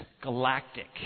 galactic